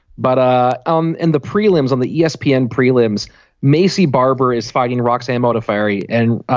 but ah um in the prelims on the yeah espn prelims macy barber is fighting roxanna mota fiery and